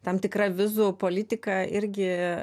tam tikra vizų politika irgi